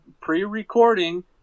Pre-recording